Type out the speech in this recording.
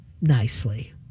nicely